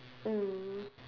mm